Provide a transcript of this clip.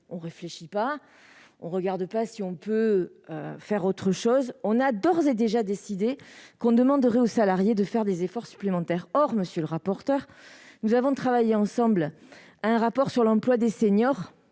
On ne réfléchit pas, on ne regarde pas s'il y a d'autres solutions, on a d'ores et déjà décidé que l'on demanderait aux salariés des efforts supplémentaires. Or, monsieur le rapporteur, puisque nous avons rédigé ensemble un rapport sur l'emploi des seniors,